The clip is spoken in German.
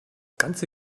ganze